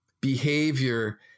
behavior